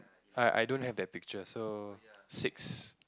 I I don't have that picture so six